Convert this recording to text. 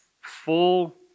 full